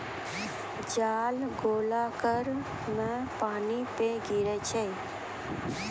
जाल गोलाकार मे पानी पे गिरै छै